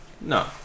no